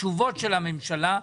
תשובות של הממשלה.